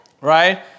right